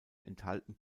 enthalten